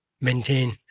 maintain